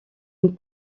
une